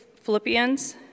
Philippians